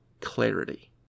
clarity